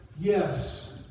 yes